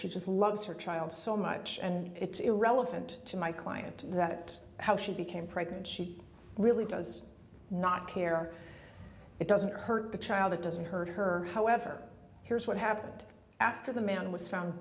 she just loves her child so much and it's irrelevant to my client that how she became pregnant she really does not care it doesn't hurt the child it doesn't hurt her however here's what happened after the man was found